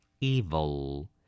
Evil